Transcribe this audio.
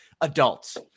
adults